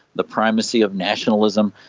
the primacy of nationalism,